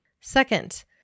Second